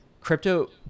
Crypto